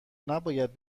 نباید